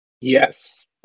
Yes